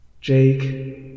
Jake